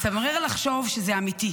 מצמרר לחשוב שזה אמיתי.